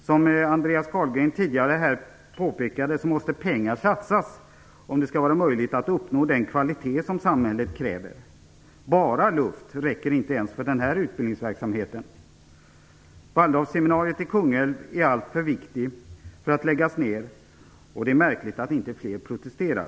Som Andreas Carlgren tidigare påpekade måste pengar satsas, om det skall vara möjligt att uppnå den kvalitet som samhället kräver. Bara luft räcker inte ens för den här utbildningsverksamheten. Waldorfseminariet i Kungälv är alltför viktigt för att läggas ned. Det är märkligt att inte fler protesterar.